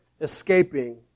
escaping